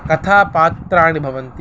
कथा पात्राणि भवन्ति